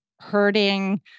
hurting